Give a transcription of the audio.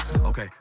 Okay